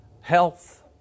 health